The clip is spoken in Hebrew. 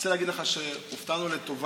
אני רוצה להגיד לך שהופתענו לטובה.